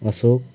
Ashok